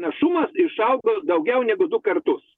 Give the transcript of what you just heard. našumas išaugo daugiau negu du kartus